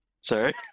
sorry